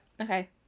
Okay